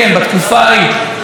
בתקופה ההיא,